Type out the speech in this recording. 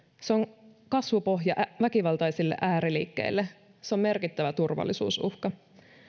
se on kasvupohja väkivaltaisille ääriliikkeille se on merkittävä turvallisuusuhka